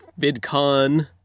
VidCon